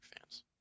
fans